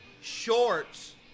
shorts